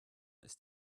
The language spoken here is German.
ist